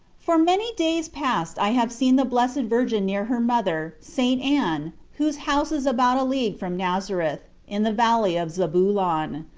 for many days past i have seen the blessed virgin near her mother, st. anne, whose house is about a league from nazareth, in the valley of zabulon.